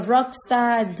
Rockstar